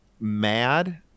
mad